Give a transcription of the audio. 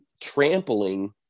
trampling